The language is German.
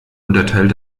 unterteilt